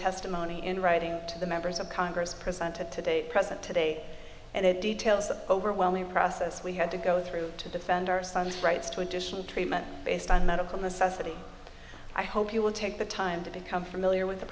testimony in writing to the members of congress presented today present today and it details the overwhelming process we had to go through to defend our son's rights to additional treatment based on medical necessity i hope you will take the time to become familiar with the